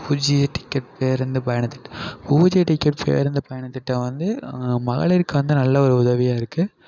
உஜிய ticket பேருந்து பயணத்திட்டம் ஊதிய டிக்கெட் பேருந்து பயணத்திட்டம் வந்து மகளிருக்கு வந்து நல்ல ஒரு உதவியாக இருக்குது